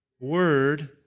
Word